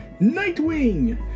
Nightwing